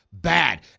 Bad